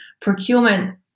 procurement